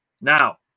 Now